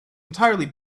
entirely